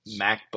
MacBook